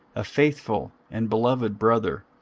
a faithful and beloved brother,